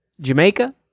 Jamaica